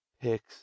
picks